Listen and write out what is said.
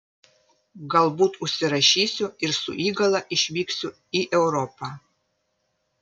galbūt užsirašysiu ir su įgula išvyksiu į europą